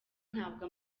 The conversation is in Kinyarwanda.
ntabwo